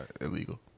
illegal